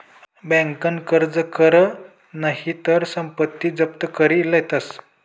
बँकन कर्ज कर नही तर संपत्ती जप्त करी लेतस